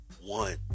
one